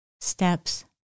steps